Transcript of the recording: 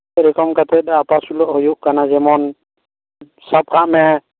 ᱨᱚᱠᱚᱢ ᱠᱟᱛᱮᱫ ᱟᱯᱟᱥᱩᱞᱚᱜ ᱦᱩᱭᱩᱜ ᱠᱟᱱᱟ ᱡᱮᱢᱚᱱ ᱥᱟᱵ ᱠᱟᱜ ᱢᱮ